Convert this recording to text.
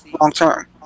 long-term